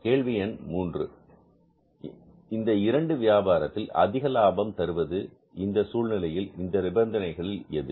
கேள்வி எண் 3 இந்த இரண்டு வியாபாரத்தில் அதிக லாபம் தருவது இந்த சூழ்நிலையில் இந்த நிபந்தனைகளில் எது